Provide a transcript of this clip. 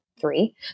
three